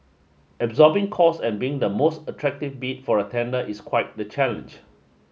absorbing costs and being the most attractive bid for a tender is quite the challenge